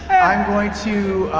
i'm going to,